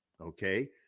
Okay